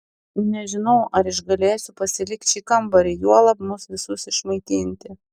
nežinau ar išgalėsiu pasilikti šį kambarį juolab mus visus išmaitinti